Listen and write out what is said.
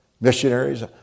missionaries